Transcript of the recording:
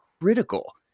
critical